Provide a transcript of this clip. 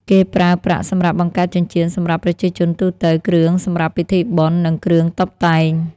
គេប្រើប្រាក់សម្រាប់បង្កើតចិញ្ចៀនសម្រាប់ប្រជាជនទូទៅ គ្រឿងសម្រាប់ពិធីបុណ្យ និងគ្រឿងតុបតែង។